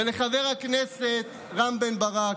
ולחבר הכנסת רם בן ברק,